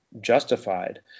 justified